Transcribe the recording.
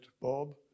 Bob